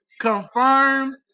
confirm